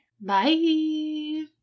Bye